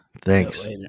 Thanks